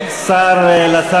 יכול לענות לי?